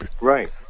Right